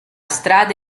strada